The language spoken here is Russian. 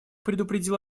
предупредил